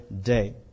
day